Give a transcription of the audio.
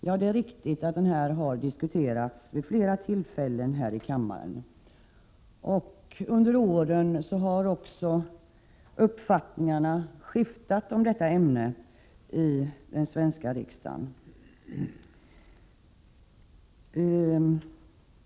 Ja, det är riktigt att frågan har diskuterats vid flera tillfällen här i kammaren. Under årens lopp har också uppfattningarna om den saken skiftat i den svenska riksdagen.